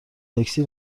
تاکسی